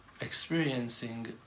experiencing